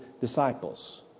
disciples